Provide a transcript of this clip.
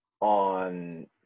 on